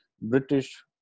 British